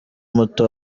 muto